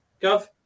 Gov